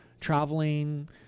traveling